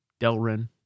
Delrin